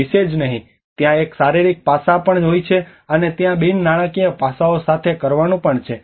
વિશે જ નહીં ત્યાં એક શારીરિક પાસા પણ હોય છે અને ત્યાં બિન નાણાકીય પાસાંઓ સાથે કરવાનું પણ છે